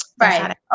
Right